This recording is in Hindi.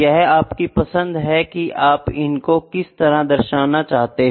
यह आपकी पसंद है की आप इनको किस तरह दर्शना चाहते हो